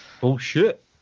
Bullshit